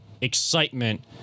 excitement